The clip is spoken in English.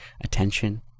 attention